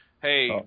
hey